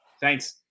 Thanks